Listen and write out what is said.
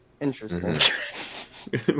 Interesting